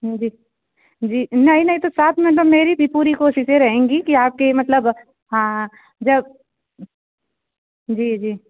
जी जी नहीं नहीं तो साथ में एक दम मतलब मेरी भी पूरी कोशिशें रहेंगी कि आपके मतलब हाँ जब जी जी